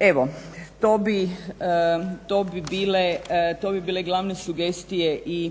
Evo, to bi bile glavne sugestije i